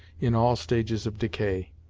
in all stages of decay.